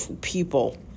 people